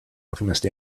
alchemist